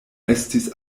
estis